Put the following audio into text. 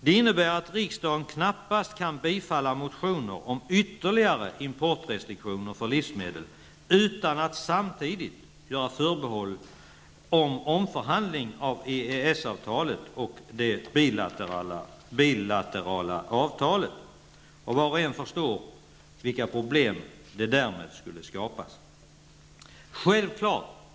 Detta innebär att riksdagen knappast kan bifalla motioner om ytterligare importrestriktioner för livsmedel utan att samtidigt göra förbehåll om omförhandling av EES-avtalet och det bilaterala avtalet. Var och en förstår vilka problem som därmed skulle skapas. Fru talman!